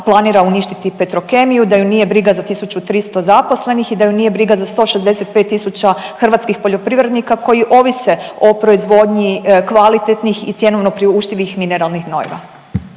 planira uništiti Petrokemiju, da ju nije briga za 1.300 zaposlenih i da ju nije briga za 165 tisuća hrvatskih poljoprivrednika koji ovise o proizvodnji kvalitetnih i cjenovno priuštivih mineralnih gnojiva?